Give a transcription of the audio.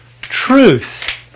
truth